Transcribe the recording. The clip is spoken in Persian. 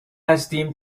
هستیم